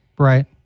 right